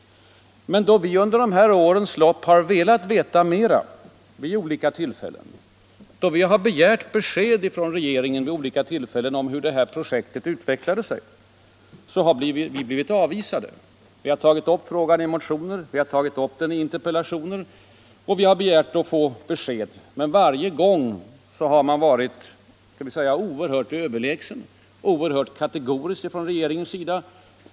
Men då oppositionen vid olika tillfällen under årens lopp velat veta mer, då vi begärt besked från regeringen om hur projektet utvecklat sig, har vi blivit avvisade. Vi har tagit upp frågan i motioner och interpellationer och begärt att få besked, men varje gång har man varit oerhört överlägsen och kategorisk från regeringens sida.